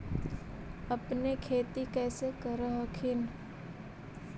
अपने खेती कैसे कर हखिन?